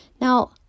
Now